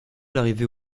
l’arrivée